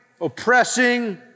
oppressing